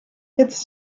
its